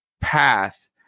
path